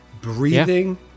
breathing